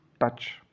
touch